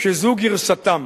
שזו גרסתם,